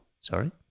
Sorry